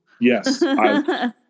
Yes